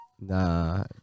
Nah